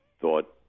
thought